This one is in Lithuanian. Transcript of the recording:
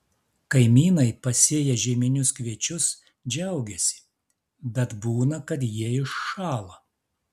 kaimynai pasėję žieminius kviečius džiaugiasi bet būna kad jie iššąla